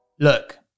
Look